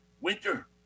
winter